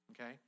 okay